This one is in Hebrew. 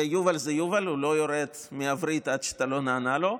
ויובל זה יובל הוא לא יורד מהווריד עד שאתה לא נענה לו,